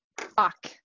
Fuck